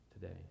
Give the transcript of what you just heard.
today